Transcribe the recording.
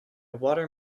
water